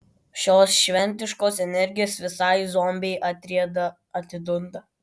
šios šventiškos energijos visai zombiai atrieda atidunda